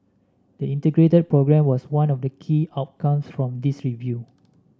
the Integrated Programme was one of the key outcome from this review